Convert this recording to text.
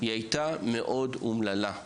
היא הייתה מאוד אומללה.